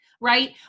right